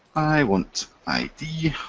i want id,